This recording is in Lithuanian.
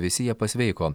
visi jie pasveiko